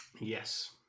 Yes